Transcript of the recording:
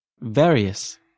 Various